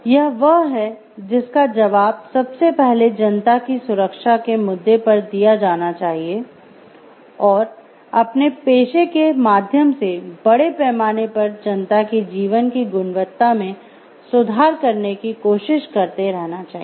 यह वह है जिसका जवाब सबसे पहले जनता की सुरक्षा के मुद्दे पर दिया जाना चाहिए और अपने पेशे के माध्यम से बड़े पैमाने पर जनता के जीवन की गुणवत्ता में सुधार करने की कोशिश करते रहना चाहिए